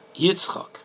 Yitzchak